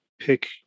pick